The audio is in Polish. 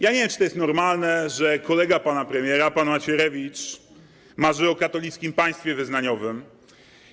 Ja nie wiem, czy to jest normalne, że kolega pana premiera pan Macierewicz marzy o katolickim państwie wyznaniowym.